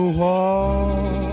walk